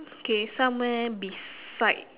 it's okay somewhere beside